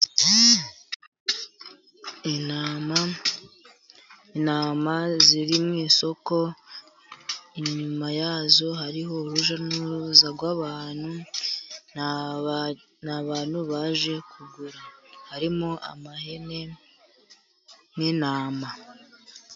Intama ziri mu isoko, inyuma yazo hariho urujya n'uruza rw'abantu. Ni abantu baje kugura harimo ihene n'intama.